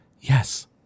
Yes